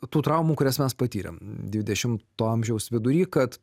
tų traumų kurias mes patyrėm dvidešimto amžiaus vidury kad